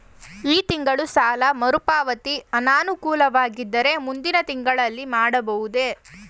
ಈ ತಿಂಗಳು ಸಾಲ ಮರುಪಾವತಿ ಅನಾನುಕೂಲವಾಗಿದ್ದರೆ ಮುಂದಿನ ತಿಂಗಳಲ್ಲಿ ಮಾಡಬಹುದೇ?